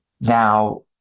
Now